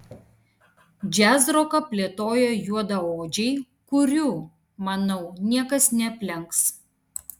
džiazroką plėtoja juodaodžiai kurių manau niekas neaplenks